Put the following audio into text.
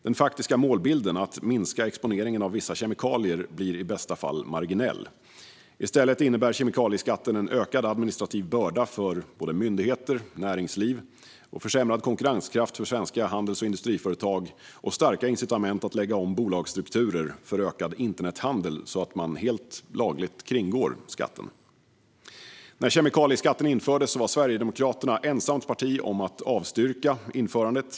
Den faktiska målbilden, att minska exponeringen av vissa kemikalier, blir i bästa fall marginell. I stället innebär kemikalieskatten en ökad administrativ börda för både myndigheter och näringsliv, försämrad konkurrenskraft för svenska handels och industriföretag samt starka incitament att lägga om bolagsstrukturer för ökad internethandel så att man helt lagligt kringgår skatten. När kemikalieskatten infördes var Sverigedemokraterna ensamt parti om att avstyrka införandet.